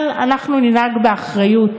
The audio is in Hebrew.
אבל אנחנו ננהג באחריות